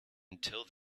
until